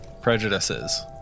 prejudices